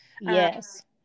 Yes